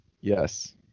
Yes